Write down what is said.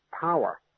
power